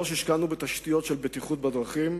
3. השקענו בתשתיות של בטיחות בדרכים.